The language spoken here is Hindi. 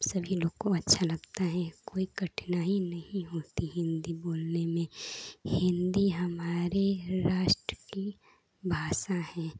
सभी लोग को अच्छा लगता है कोइ कठिनाई नहीं होती हिन्दी बोलने में हिन्दी हमारे राष्ट्र की भाषा है